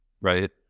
right